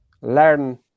learn